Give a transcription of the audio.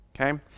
Okay